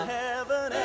heaven